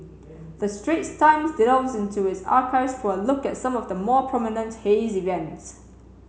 the Straits Times delves into its archives for a look at some of the more prominent haze events